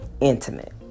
intimate